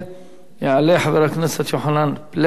יעלה חבר הכנסת יוחנן פלסנר,